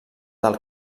del